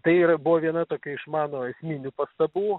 tai yra buvo viena tokia iš mano esminių pastabų